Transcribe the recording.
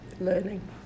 learning